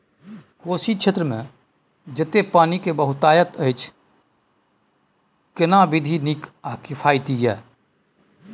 कोशी क्षेत्र मे जेतै पानी के बहूतायत अछि केना विधी नीक आ किफायती ये?